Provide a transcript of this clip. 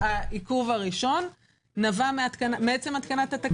העיכוב הראשון למעשה נבע מעצם התקנת התקנות.